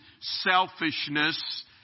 selfishness